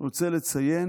אני רוצה לציין,